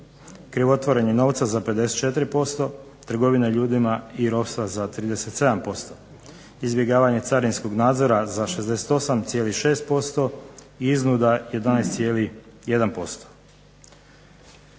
krivotvorenje novca za 54%, trgovine ljudima i ropstva za 37%, izbjegavanje carinskog nadzora za 68,6%, iznuda 11,1%.